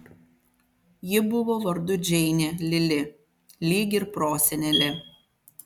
ji buvo vardu džeinė lili lyg ir prosenelė